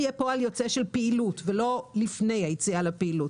יהיה פועל יוצא של פעילות ולא לפני היציאה לפעילות.